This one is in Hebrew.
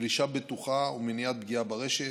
גלישה בטוחה ומניעת פגיעה ברשת,